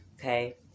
Okay